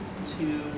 Two